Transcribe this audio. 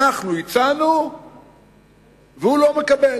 אנחנו הצענו והוא לא מקבל.